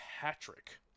Patrick